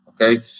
Okay